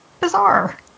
bizarre